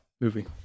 Movie